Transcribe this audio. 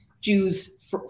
Jews